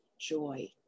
joy